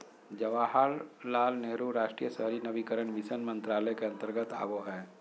जवाहरलाल नेहरू राष्ट्रीय शहरी नवीनीकरण मिशन मंत्रालय के अंतर्गत आवो हय